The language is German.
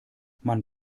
man